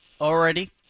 already